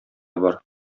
бар